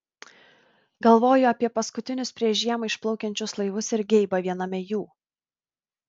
galvoju apie paskutinius prieš žiemą išplaukiančius laivus ir geibą viename jų